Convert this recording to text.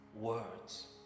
words